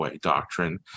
doctrine